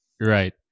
Right